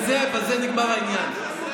בזה נגמר העניין.